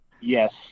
yes